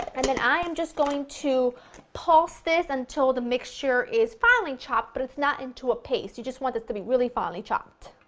and then i am just going to pulse this until the mixture is finely chopped, but it's not into a paste, you just want this to be really finely chopped.